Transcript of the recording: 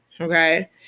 Okay